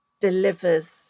delivers